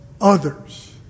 others